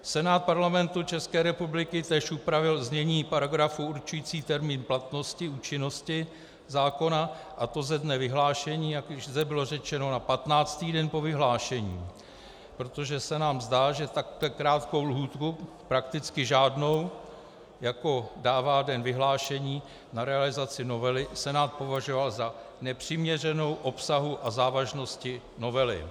Senát Parlamentu České republiky též upravil znění paragrafu určujícího termín platnosti účinnosti zákona, a to ze dne vyhlášení, jak už zde bylo řečeno, na 15. den po vyhlášení, protože tak krátkou lhůtu, prakticky žádnou, jako dává den vyhlášení na realizaci novely, Senát považoval za nepřiměřenou obsahu a závažnosti novely.